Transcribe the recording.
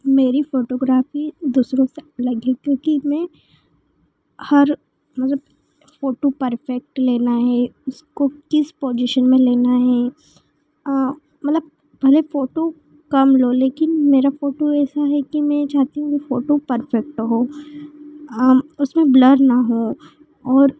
मेरी फोटोग्राफी दूसरों पर क्योंकि मैं हर मतलब फोटो परफेक्ट लेना है उसकों किस पोजीशन में लेना है अ मतलब भले फोटो कम लो लेकिन मेरा फोटो ऐसा है कि मैं मैं जो कि में फोटो परफेक्ट हो उसमें ब्लर न हों और